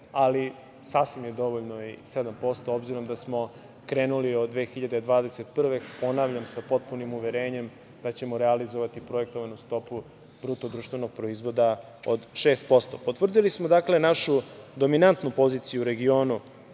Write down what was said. ali sasvim je dovoljno i 7% s obzirom da smo krenuli od 2021. godine, ponavljam, sa potpunim poverenjem da ćemo realizovati projektovanu stopu BDP od 6%. Potvrdili smo našu dominantnu poziciju u regionu,